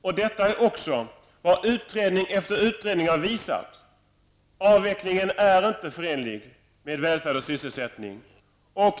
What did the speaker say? Avvecklingen är inte förenlig med välfärd och sysselsättning, och detta har även utredning efter utredning visat.